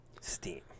steam